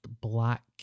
black